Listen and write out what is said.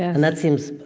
and that seems,